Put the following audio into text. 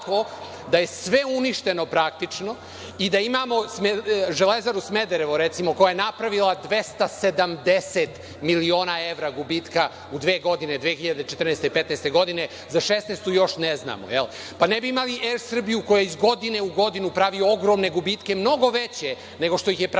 da je sve uništeno praktično. Imamo „Železaru Smederevo“, koja je napravila 270 miliona evra gubitka u dve godine, 2014. i 2015. godine, za 2016. godinu još ne znamo. Ne bi imali Er Srbiju koja iz godine u godinu pravi ogromne gubitke, mnogo veće nego što ih je pravio